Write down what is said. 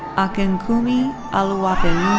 akinkunmi oluwapelumi